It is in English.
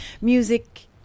music